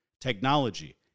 Technology